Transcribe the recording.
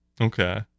Okay